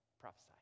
prophesy